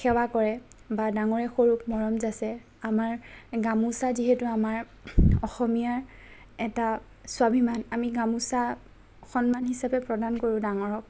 সেৱা কৰে বা ডাঙৰে সৰুক মৰম যাচে আমাৰ গামোচা যিহেতু আমাৰ অসমীয়াৰ এটা স্বাভিমান আমি গামোচা এটা সন্মান হিচাপে প্ৰদান কৰোঁ ডাঙৰক